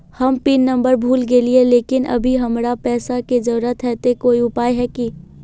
हम pin number भूल गेलिये लेकिन अभी हमरा पैसा के जरुरत है ते कोई उपाय है की?